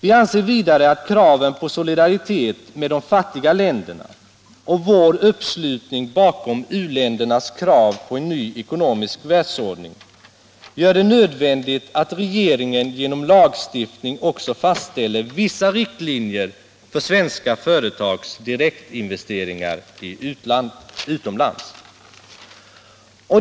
Vi anser vidare att kraven på solidaritet med de fattiga länderna och vår uppslutning bakom u-ländernas krav på en ny ekonomisk världsordning gör det nödvändigt att regeringen genom lagstiftning också fastställer vissa riktlinjer för svenska företags direktinvesteringar utomlands.